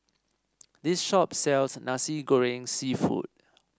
this shop sells Nasi Goreng seafood